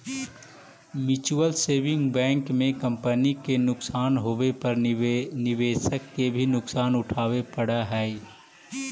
mutual saving bank में company के नुकसान होवे पर निवेशक के भी नुकसान उठावे पड़ऽ हइ